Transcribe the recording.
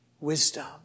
wisdom